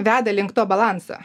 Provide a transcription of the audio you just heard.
veda link to balanso